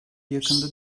yakında